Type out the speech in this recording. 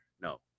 No